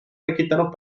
tekitanud